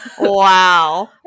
Wow